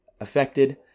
affected